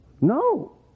No